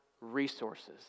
resources